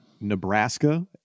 Nebraska